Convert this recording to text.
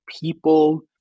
people